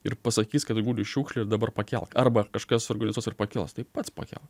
ir pasakys kad guli šiukšlė ir dabar pakelk arba kažkas suorganizuos ir pakels tai pats pakelk